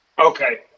Okay